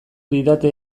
didate